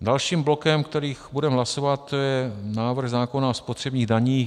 Dalším blokem, který budeme hlasovat, je návrh zákona o spotřebních daních.